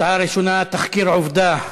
לסדר-היום בנושא: תחקיר "עובדה"